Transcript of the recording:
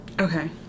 Okay